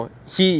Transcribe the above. orh